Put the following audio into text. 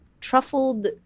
truffled